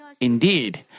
Indeed